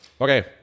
Okay